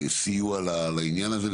הסיוע לעניין הזה.